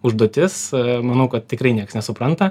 užduotis manau kad tikrai nieks nesupranta